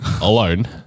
alone